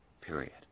period